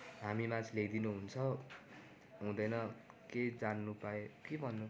हामीमाझ ल्याइदिनुहुन्छ हुँदैन कही जान्नु पाए के भन्नु